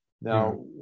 Now